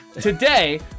Today